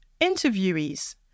interviewees